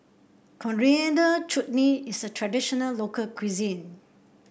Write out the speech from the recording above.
Coriander Chutney is a traditional local cuisine